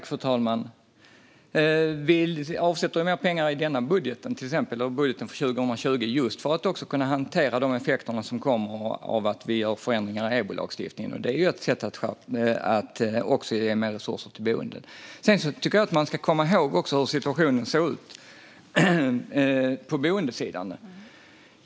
Fru talman! Vi avsätter mer pengar i budgeten för 2020 just för att kunna hantera effekterna av att vi gör förändringar i EBO-lagstiftningen. Det är ett sätt att också ge mer resurser till boenden. Låt oss komma ihåg hur situationen såg ut på boendesidan.